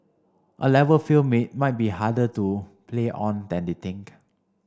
A Level field may might be harder to play on than they think